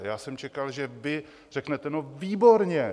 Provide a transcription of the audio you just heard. Já jsem čekal, že vy řeknete: No výborně!